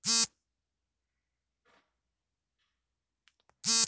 central bank bank ಗಳ bank ಆಗಿದೆ